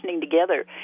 together